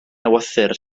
ewythr